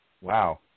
Wow